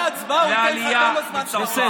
אחרי ההצבעה הוא ייתן לך כמה זמן שאתה רוצה.